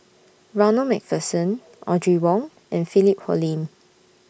Ronald MacPherson Audrey Wong and Philip Hoalim